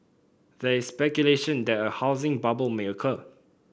there is speculation that a housing bubble may occur